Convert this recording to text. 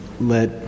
let